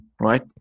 right